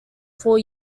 four